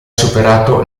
superato